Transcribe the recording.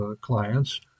clients